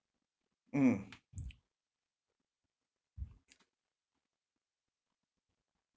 mm